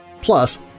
Plus